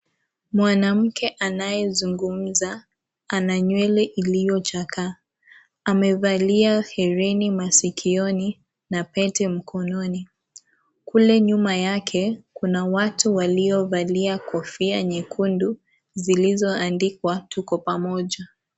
Mwanamke anayezungumza, ana nywele iliyochakaa. Amevalia hereni masikioni, na pete mkononi. Kule nyuma yake, kuna watu waliovalia kofia nyekundu, zilizoandikwa tuko pamoja.